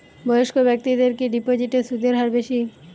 বয়স্ক ব্যেক্তিদের কি ডিপোজিটে সুদের হার বেশি?